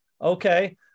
Okay